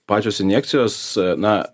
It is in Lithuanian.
pačios injekcijos na